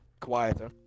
quieter